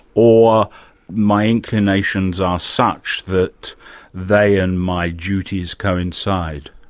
or my inclinations are such that they and my duties coincide?